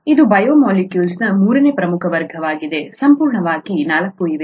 ಇದು ಬಯೋಮಾಲಿಕ್ಯೂಲ್ಸ್ನ ಮೂರನೇ ಪ್ರಮುಖ ವರ್ಗವಾಗಿದೆ ಸಂಪೂರ್ಣವಾಗಿ ನಾಲ್ಕು ಇವೆ